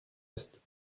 ist